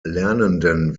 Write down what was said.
lernenden